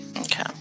Okay